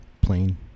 Plain